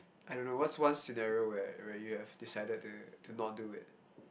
I don't know what's one scenario where where you have decided to to not do it